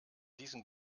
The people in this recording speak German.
diesen